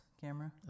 camera